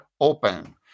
open